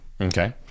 Okay